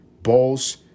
balls